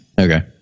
Okay